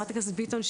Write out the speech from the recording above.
חברת הכנסת ביטון,